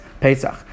Pesach